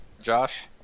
Josh